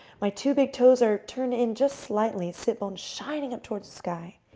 my two big toes are turned in just slightly, sit bones shining up towards the sky.